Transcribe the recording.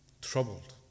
troubled